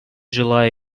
желаю